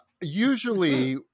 usually